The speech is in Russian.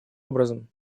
образом